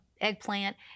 eggplant